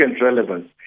relevance